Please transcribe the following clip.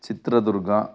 Chitradurga